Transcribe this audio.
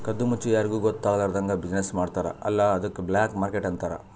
ಕದ್ದು ಮುಚ್ಚಿ ಯಾರಿಗೂ ಗೊತ್ತ ಆಗ್ಲಾರ್ದಂಗ್ ಬಿಸಿನ್ನೆಸ್ ಮಾಡ್ತಾರ ಅಲ್ಲ ಅದ್ದುಕ್ ಬ್ಲ್ಯಾಕ್ ಮಾರ್ಕೆಟ್ ಅಂತಾರ್